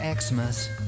Xmas